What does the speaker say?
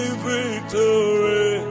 victory